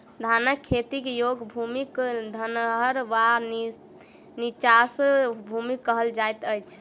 धानक खेती योग्य भूमि क धनहर वा नीचाँस भूमि कहल जाइत अछि